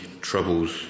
troubles